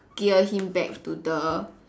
gear him back to the